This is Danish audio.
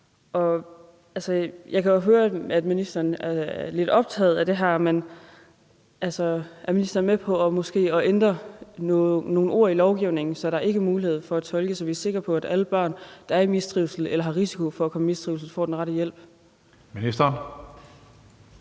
Jeg kan jo høre, at ministeren er lidt optaget af det her, men er ministeren med på måske at ændre nogle ord i lovgivningen, så der ikke er mulighed for at tolke på det, så vi er sikre på, at alle børn, der er i mistrivsel eller er i risiko for at komme i mistrivsel, får den rette hjælp?